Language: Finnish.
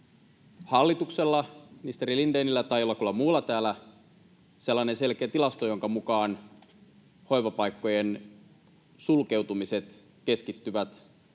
hallituksella, ministeri Lindénillä tai jollakulla muulla täällä, sellainen selkeä tilasto, jonka mukaan hoivapaikkojen sulkeutumiset keskittyvät